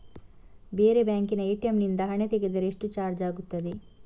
ಬೇರೆ ಬ್ಯಾಂಕಿನ ಎ.ಟಿ.ಎಂ ನಿಂದ ಹಣ ತೆಗೆದರೆ ಎಷ್ಟು ಚಾರ್ಜ್ ಆಗುತ್ತದೆ?